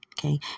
Okay